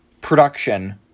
production